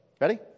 Ready